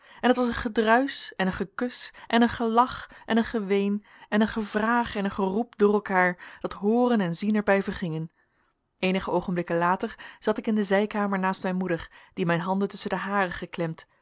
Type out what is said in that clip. en het was een gedruisch en een gekus en een gelach en een geween en een gevraag en een geroep door elkaar dat hooren en zien er bij vergingen eenige oogenblikken later zat ik in de zijkamer naast mijn moeder die mijn handen tusschen de hare geklemd